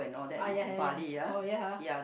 ah ya ya ya oh ya